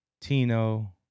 Tino